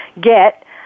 get